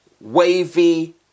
wavy